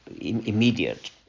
immediate